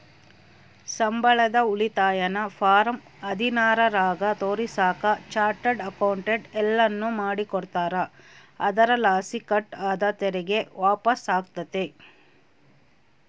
ಸಂಬಳದ ಉಳಿತಾಯನ ಫಾರಂ ಹದಿನಾರರಾಗ ತೋರಿಸಾಕ ಚಾರ್ಟರ್ಡ್ ಅಕೌಂಟೆಂಟ್ ಎಲ್ಲನು ಮಾಡಿಕೊಡ್ತಾರ, ಅದರಲಾಸಿ ಕಟ್ ಆದ ತೆರಿಗೆ ವಾಪಸ್ಸಾತತೆ